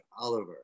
Oliver